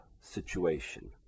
situation